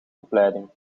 opleiding